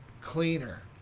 cleaner